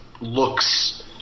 looks